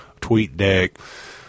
TweetDeck